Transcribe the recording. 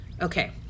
Okay